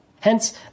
Hence